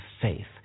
faith